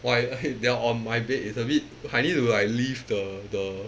why they are on my bed it's a bit I need to like leave the the